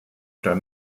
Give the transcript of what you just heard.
oder